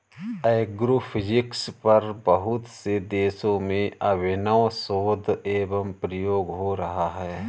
agrophysics पर बहुत से देशों में अभिनव शोध एवं प्रयोग हो रहा है